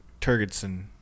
Turgidson